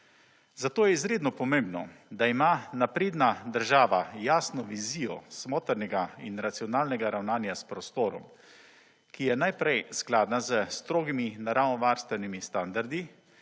Zato je izredno pomembno, da ima napredna država jasno vizijo smotrnega in racionalnega ravnanja s prostorom, ki je najprej skladna za strogimi naravovarstvenimi standardi,